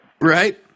Right